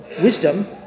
wisdom